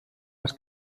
cas